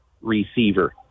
receiver